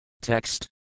Text